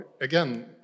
again